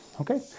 okay